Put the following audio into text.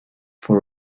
for